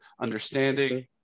understanding